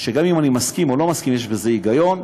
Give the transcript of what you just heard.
שגם אם אני מסכים או לא מסכים, יש בזה היגיון,